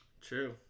True